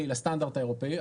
הישראלי לסטנדרט האירופאי,